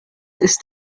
ist